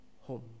home